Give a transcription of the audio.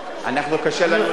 אנחנו יש לנו בעיה.